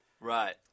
Right